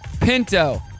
Pinto